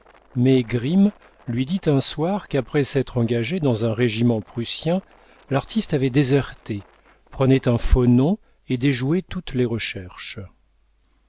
mais grimm lui dit un soir qu'après s'être engagé dans un régiment prussien l'artiste avait déserté prenant un faux nom et déjouait toutes les recherches